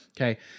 Okay